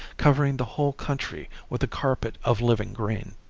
covering the whole country with a carpet of living green.